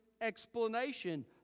explanation